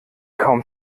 kaum